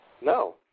No